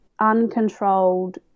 uncontrolled